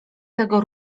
tego